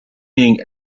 being